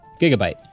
Gigabyte